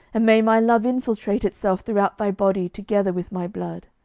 and may my love infiltrate itself throughout thy body together with my blood